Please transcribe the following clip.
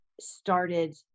started